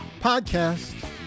podcast